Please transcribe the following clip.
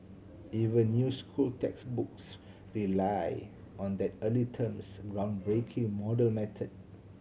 even new school textbooks rely on that early team's groundbreaking model method